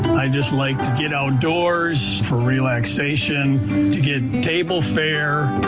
i just liked to get outdoors for relaxation to get table fare.